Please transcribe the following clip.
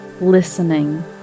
listening